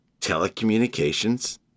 telecommunications